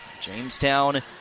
Jamestown